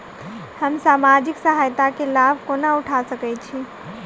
हम सामाजिक सहायता केँ लाभ कोना उठा सकै छी?